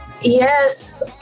yes